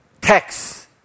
tax